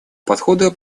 подхода